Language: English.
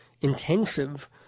intensive